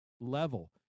level